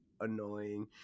annoying